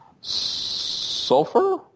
sulfur